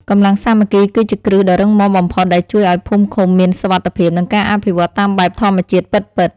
កម្លាំងសាមគ្គី គឺជាគ្រឹះដ៏រឹងមាំបំផុតដែលជួយឱ្យភូមិឃុំមានសុវត្ថិភាព និងការអភិវឌ្ឍតាមបែបធម្មជាតិពិតៗ។